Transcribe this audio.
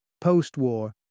Post-war